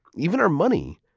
even our money,